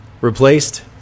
replaced